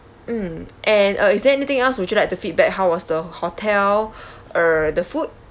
mm and uh is there anything else would you like to feedback how was the hotel uh the food